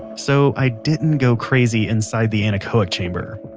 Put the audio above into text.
so i didn't go crazy inside the anechoic chamber.